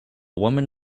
woman